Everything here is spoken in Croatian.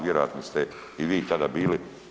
Vjerojatno ste i vi tada bili.